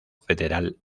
federal